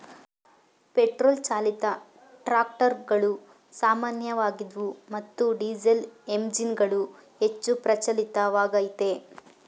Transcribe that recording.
petrol ಚಾಲಿತ ಟ್ರಾಕ್ಟರುಗಳು ಸಾಮಾನ್ಯವಾಗಿದ್ವು ಮತ್ತು ಡೀಸೆಲ್ಎಂಜಿನ್ಗಳು ಹೆಚ್ಚು ಪ್ರಚಲಿತವಾಗಯ್ತೆ